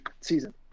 season